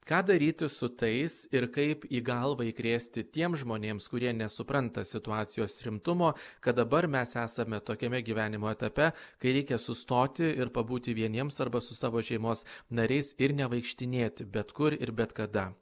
ką daryti su tais ir kaip į galvą įkrėsti tiem žmonėms kurie nesupranta situacijos rimtumo kad dabar mes esame tokiame gyvenimo etape kai reikia sustoti ir pabūti vieniems arba su savo šeimos nariais ir nevaikštinėti bet kur ir bet kada